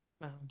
Wow